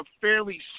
fairly